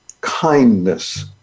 kindness